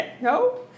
No